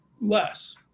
less